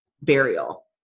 burial